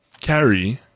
carry